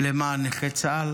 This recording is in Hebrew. למען נכי צה"ל.